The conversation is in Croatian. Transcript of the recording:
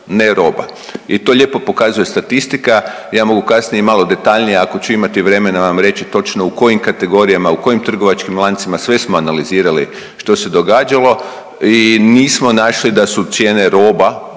ne roba. I to lijepo pokazuje statistika, ja mogu kasnije i malo detaljnije ako ću imati vremena vam reći točno u kojim kategorijama, u kojim trgovačkim lancima. Sve smo analizirali što se događalo i nismo našli da su cijene roba